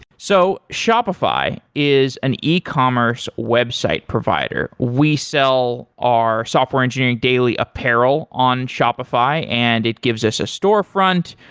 so shopify is an ecommerce website provider. we sell our software engineering daily apparel on shopify and it gives us a storefront.